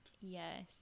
Yes